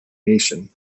nation